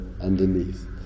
underneath